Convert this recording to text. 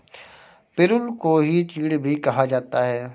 पिरुल को ही चीड़ भी कहा जाता है